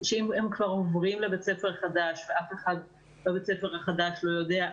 כשהם כבר עוברים לבית ספר חדש ואף אחד בבית הספר החדש לא יודע,